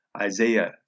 Isaiah